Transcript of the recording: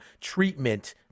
treatment